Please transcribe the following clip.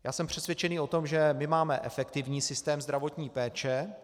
Já jsem přesvědčený o tom, že my máme efektivní systém zdravotní péče.